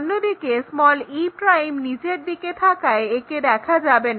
অন্যদিকে e নিচের দিকে থাকায় একে দেখা যাবে না